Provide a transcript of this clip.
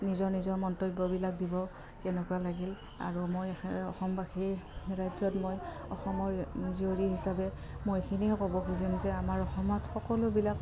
নিজৰ নিজৰ মন্তব্যবিলাক দিব কেনেকুৱা লাগিল আৰু মই অসমবাসী ৰাজ্যত মই অসমৰ জীয়ৰী হিচাপে মই এইখিনিয়ে ক'ব খুজিম যে আমাৰ অসমত সকলোবিলাক